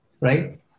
right